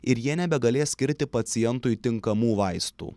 ir jie nebegalės skirti pacientui tinkamų vaistų